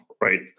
right